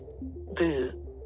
Boo